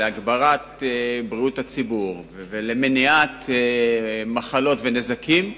להגברת בריאות הציבור ולמניעת מחלות ונזקים,